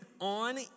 on